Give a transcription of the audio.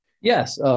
Yes